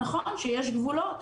נכון שיש גבולות,